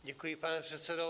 Děkuji, pane předsedo.